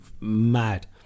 mad